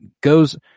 goes